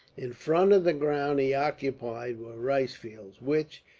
in front of the ground he occupied were rice fields, which,